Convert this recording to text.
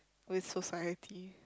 with society